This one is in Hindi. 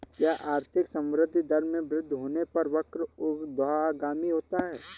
क्या आर्थिक संवृद्धि दर में वृद्धि होने पर वक्र ऊर्ध्वगामी होता है?